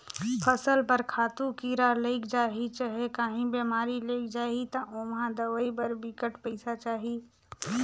फसल बर खातू, कीरा लइग जाही चहे काहीं बेमारी लइग जाही ता ओम्हां दवई बर बिकट पइसा चाही